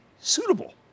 suitable